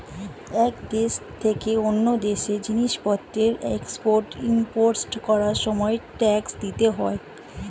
এক দেশ থেকে অন্য দেশে জিনিসপত্রের এক্সপোর্ট ইমপোর্ট করার সময় ট্যাক্স দিতে হয়